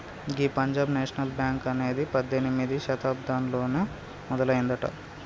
గీ Punjab national bank అనేది పద్దెనిమిదవ శతాబ్దంలోనే మొదలయ్యిందట